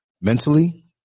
mentally